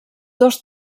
dos